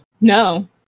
No